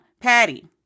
Patty